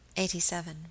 Eighty-seven